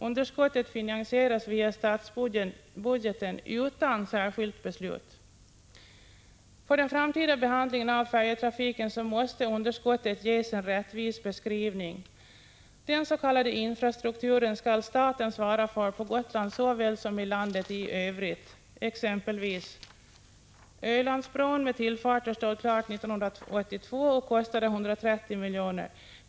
Underskottet finansieras via statsbudgeten utan särskilt beslut. För den framtida behandlingen av färjetrafiken måste underskottet ges en rättvis beskrivning. Den s.k. infrastrukturen skall staten svara för på Gotland såväl som i landet i övrigt. Ett exempel: Ölandsbron med tillfarter stod klar 1982 och kostade 130 miljoner.